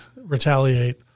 retaliate